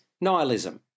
nihilism